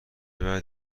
بدیه